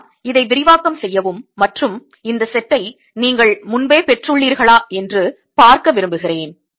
நான் இதை விரிவாக்கம் செய்யவும் மற்றும் இந்த செட்டை நீங்கள் முன்பே பெற்றுள்ளீர்களா என்று பார்க்க விரும்புகிறேன்